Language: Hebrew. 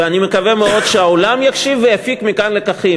ואני מקווה מאוד שהעולם יקשיב ויפיק מכאן לקחים.